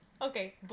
Okay